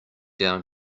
down